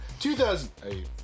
2008